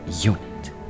Unit